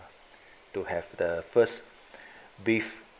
to have the first beef